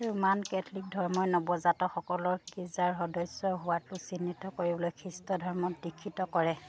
Roman Catholic ধৰ্মই নৱজাতকসকলক গীৰ্জাৰ সদস্য হোৱাটো চিহ্নিত কৰিবলৈ খ্ৰীষ্ট ধৰ্মত দীক্ষিত কৰে